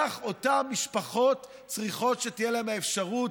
כך אותן משפחת צריכות שתהיה להן האפשרות